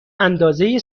اندازه